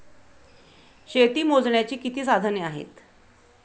शेती मोजण्याची किती साधने आहेत?